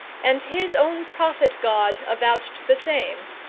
and his own prophet-god avouched the same,